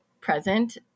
present